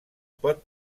pot